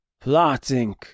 plotting